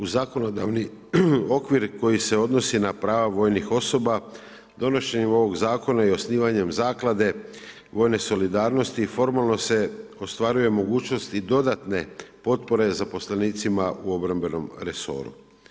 U zakonodavni okvir koji se odnosi na prava vojnih osoba donošenjem ovog zakona i osnivanjem Zaklade vojne solidarnosti formalno se ostvaruje mogućnost i dodatne potpore zaposlenicima u obrambenom resoru.